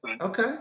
Okay